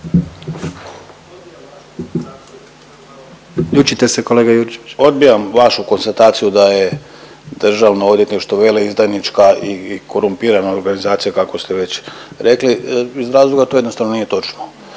Odbijam vašu konstataciju da je državno odvjetništvo veleizdajnička i korumpirana organizacija kako ste već rekli iz razloga to jednostavno nije točno.